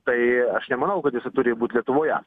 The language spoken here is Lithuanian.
tai aš nemanau kad jisai turi būt lietuvoje